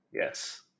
Yes